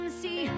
see